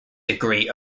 degree